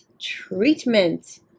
treatment